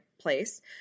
place